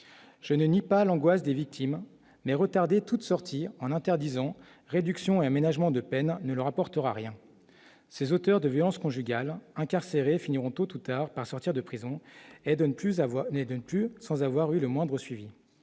je ne nie pas l'angoisse des victimes mais retardé toutes sortir en interdisant réduction et aménagement de peine ne leur apportera rien ses auteurs de violences conjugales incarcéré finiront tôt tout tard par sortir de prison et de ne plus avoir, mais d'une plus sans avoir eu le moindre suivi,